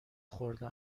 خورده